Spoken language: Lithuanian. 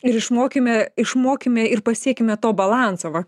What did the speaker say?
ir išmokime išmokime ir pasiekime to balanso va